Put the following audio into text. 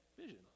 vision